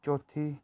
ਚੌਥੀ